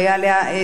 והיה בה דיון,